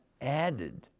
added